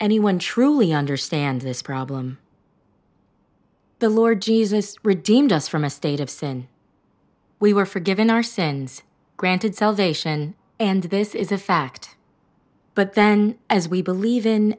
anyone truly understand this problem the lord jesus redeemed us from a state of sin we were forgiven our sins granted salvation and this is a fact but then as we believe in